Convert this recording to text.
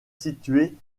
située